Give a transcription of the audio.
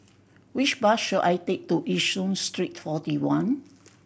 which bus should I take to Yishun Street Forty One